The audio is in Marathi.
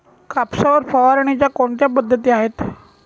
कापसावर फवारणीच्या कोणत्या पद्धती आहेत?